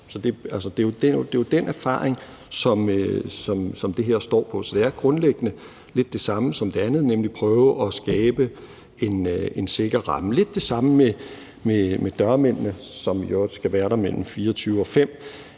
Det er jo den erfaring, som det her står på. Så det er grundlæggende lidt det samme som det andet, nemlig at prøve at skabe en sikker ramme. Det er lidt det samme med dørmændene, som i øvrigt også skal være der mellem kl. 24 og kl.